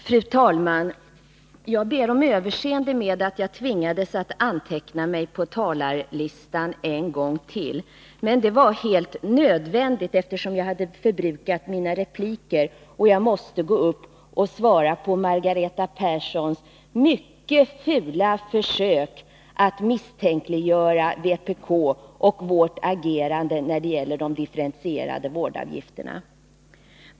Fru talman! Jag ber om överseende med att jag tvingats anteckna mig på talarlistan ytterligare en gång, men det var helt nödvändigt, eftersom jag hade förbrukat min replikrätt och jag måste svara på Margareta Perssons mycket fula försök att misstänkliggöra vpk och vårt agerande när det gäller de differentierade vårdavgifterna.